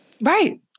Right